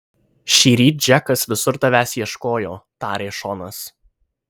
šįryt džekas visur tavęs ieškojo tarė šonas